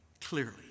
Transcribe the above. clearly